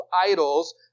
idols